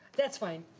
that's fine,